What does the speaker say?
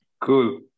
Cool